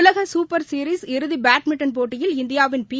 உலக super series இறுதிபேட்மிண்டன் போட்டியில் இந்தியாவின் பி